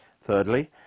Thirdly